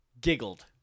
giggled